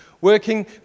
working